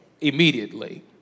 immediately